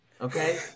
okay